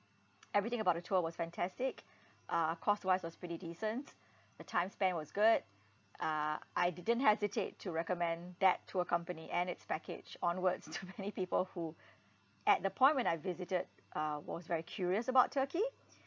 everything about the tour was fantastic uh cost-wise it was pretty decent the time spent was good uh I didn't hesitate to recommend that tour company and its package onwards to many people who at the point when I visited uh was very curious about turkey